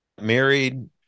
married